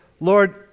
Lord